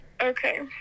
okay